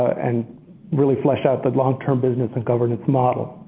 and really flesh out the long term business and governance model.